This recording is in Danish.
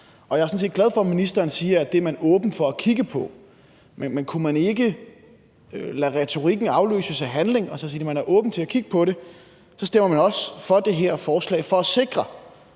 set glad for, at ministeren siger, at det er man åben for at kigge på. Men kunne man ikke lade retorikken afløse af handling og sige, at man er åben for at kigge på det, og at man så også stemmer for det her forslag, for at sikre,